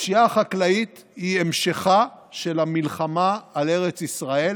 הפשיעה החקלאית היא המשכה של המלחמה על ארץ ישראל